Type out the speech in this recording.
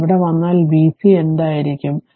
അതിനാൽ ഇവിടെ വന്നാൽ vc be എന്തായിരിക്കും